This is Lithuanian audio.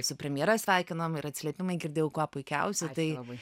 su premjera sveikiname ir atsiliepimai girdėjau kuo puikiausiai tai